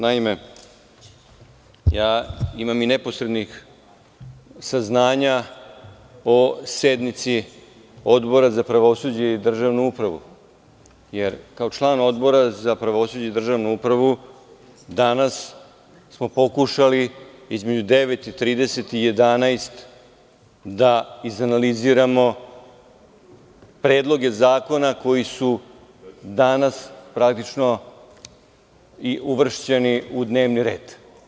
Naime, imam i neposrednih saznanja o sednici Odbora za pravosuđe i državnu upravu, jer kao član Odbora za pravosuđe i državnu upravu danas smo pokušali između 9,30 i 11,00 časova da izanaliziramo predloge zakona koji su danas praktično uvršteni u dnevni red.